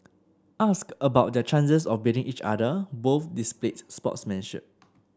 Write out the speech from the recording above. asked about their chances of beating each other both displayed sportsmanship